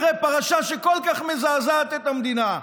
אחרי פרשה שכל כך מזעזעת את המדינה,